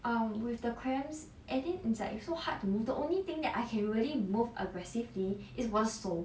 um with the cramps and then it's like so hard to move the only thing that I can't really move aggressively is 我的手